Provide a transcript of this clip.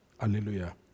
Hallelujah